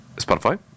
Spotify